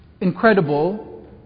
Incredible